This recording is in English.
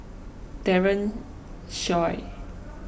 Daren Shiau